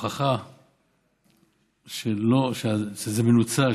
ההוכחה שזה מנוצל,